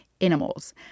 animals